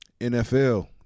NFL